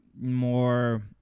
more